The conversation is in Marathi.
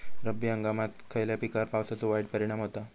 रब्बी हंगामात खयल्या पिकार पावसाचो वाईट परिणाम होता?